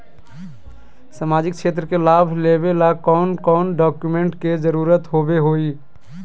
सामाजिक क्षेत्र के लाभ लेबे ला कौन कौन डाक्यूमेंट्स के जरुरत होबो होई?